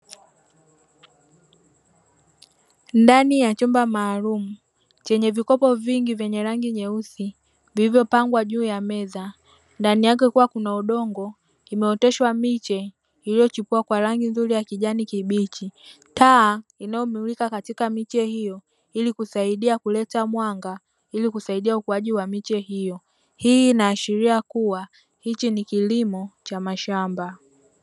Ndani ya chumba maalumu chenye vikopo vingi vyenye rangi nyeusi vilivyooangwa juu ya meza ndani yakekukiwa kuna udongo, imeoteshwa miche iliyochipua kwa rangi nzuri ya kijani kibichi, taa inayomulika katika miche hiyo ili kusaidia kuleta mwanga ili kusaidia ukuaji wa miche hiyo. Hii inaashiria kwamba hiki ni kilimo cha mashamba.